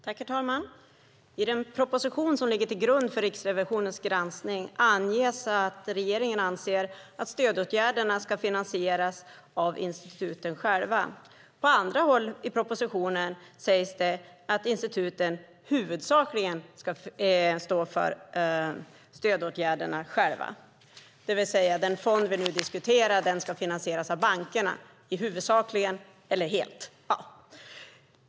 Herr talman! I den proposition som ligger till grund för Riksrevisionens granskning anges att regeringen anser att stödåtgärderna ska finansieras av instituten själva. På andra håll i propositionen sägs det att instituten huvudsakligen ska stå för stödåtgärderna själva. Den fond vi diskuterar ska alltså finansieras av bankerna - huvudsakligen eller helt.